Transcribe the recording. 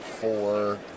four